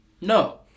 No